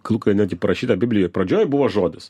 galų gale netgi parašyta biblijoj pradžioj buvo žodis